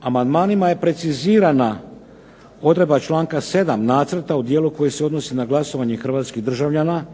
Amandmanima je precizirana odredba članka 7. nacrta u dijelu koji se odnosi na glasovanje hrvatskih državljana